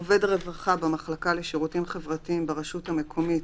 (5) עובד רווחה במחלקה לשירותים חברתיים ברשות המקומית